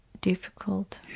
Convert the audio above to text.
difficult